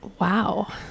Wow